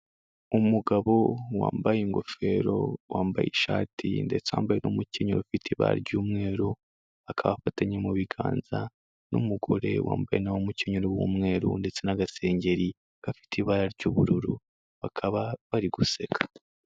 Umugabo wambaye ingofero, wambaye ishati ndetse wambaye n'umukenyero ufite ibara ry'umweru, akaba afatanya mu biganza n'umugore wambaye nawe umukenyero w'umweru ndetse n'agasengeri gafite ibara ry'ubururu bakaba bari guseka.